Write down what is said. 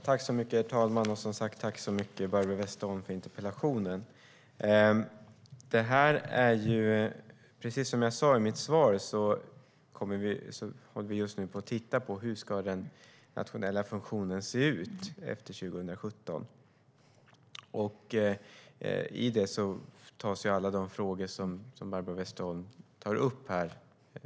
Herr talman! Jag vill tacka Barbro Westerholm för interpellationen. Precis som jag sa i mitt svar tittar vi just nu på hur den nationella funktionen ska se ut efter 2017. Med i den beredningen finns alla frågor som Barbro Westerholm tar upp.